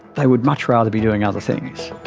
they would much rather be doing other things.